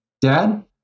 dad